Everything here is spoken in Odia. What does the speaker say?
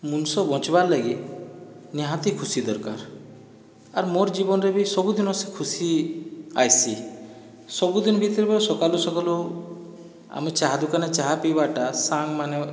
ମୁଣିଷ ବଞ୍ଚିବାର୍ ଲାଗି ନିହାତି ଖୁସି ଦରକାର ଆର୍ ମୋର୍ ଜୀବନରେ ବି ସବୁଦିନ ସେ ଖୁସି ଆଇସି ସବୁଦିନ ଭିତରେବା ସକାଲୁ ସକାଲୁ ଆମେ ଚାହା ଦୁକାନରେ ଚାହା ପିଇବାଟା ସାଙ୍ଗ ମାନେ